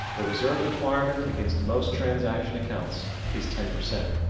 the reserve requirement against most transaction accounts is ten percent.